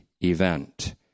event